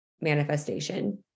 manifestation